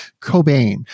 Cobain